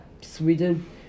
sweden